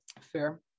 Fair